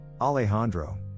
alejandro